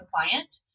compliant